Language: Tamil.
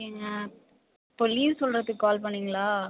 இப்போ லீவ் சொல்கிறதுக்கு கால் பண்ணிங்களா